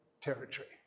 territory